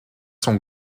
sont